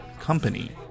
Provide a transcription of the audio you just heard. company